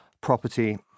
property